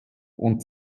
und